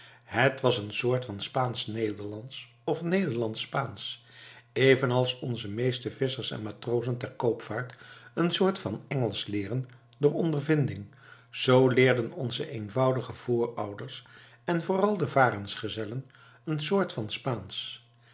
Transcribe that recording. het was een soort van spaansch nederlandsch of nederlandsch spaansch even als onze meeste visschers en matrozen ter koopvaart een soort van engelsch leeren door ondervinding zoo leerden onze eenvoudige voorouders en vooral de varensgezellen een soort van spaansch